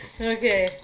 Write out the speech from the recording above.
Okay